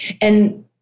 And-